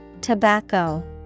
Tobacco